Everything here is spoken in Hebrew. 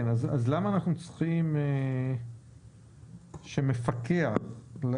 אני מבין שיש כמה פקחים